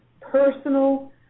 personal